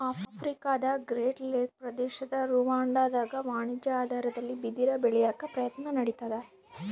ಆಫ್ರಿಕಾದಗ್ರೇಟ್ ಲೇಕ್ ಪ್ರದೇಶದ ರುವಾಂಡಾದಾಗ ವಾಣಿಜ್ಯ ಆಧಾರದಲ್ಲಿ ಬಿದಿರ ಬೆಳ್ಯಾಕ ಪ್ರಯತ್ನ ನಡಿತಾದ